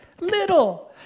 little